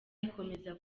ikomeza